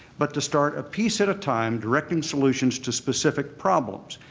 but to start a piece at a time, directing solutions to specific problems.